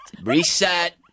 Reset